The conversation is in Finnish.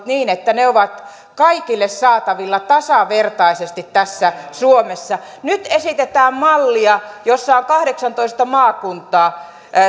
niin että ne ovat kaikille saatavilla tasavertaisesti tässä suomessa nyt esitetään mallia jossa on kahdeksantoista maakuntaa